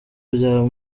byo